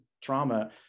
trauma